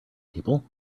people